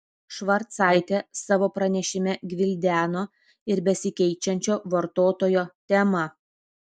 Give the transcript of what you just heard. švarcaitė savo pranešime gvildeno ir besikeičiančio vartotojo temą